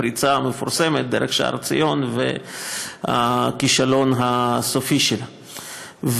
הפריצה המפורסמת דרך שער ציון והכישלון הסופי שלה.